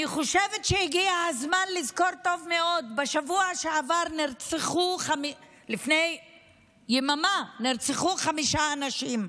אני חושבת שהגיע הזמן לזכור טוב מאוד: לפני יממה נרצחו חמישה אנשים,